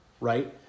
right